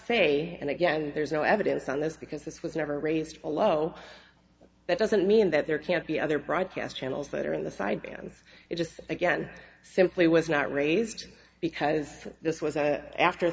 say and again there's no evidence on this because this was never raised a low that doesn't mean that there can't be other broadcast channels that are in the sidebands it just again simply was not raised because this was an after